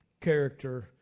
character